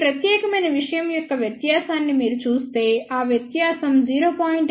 ఈ ప్రత్యేకమైన విషయం యొక్క వ్యత్యాసాన్ని మీరు చూస్తే ఆ వ్యత్యాసం 0